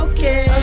Okay